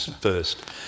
first